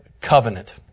covenant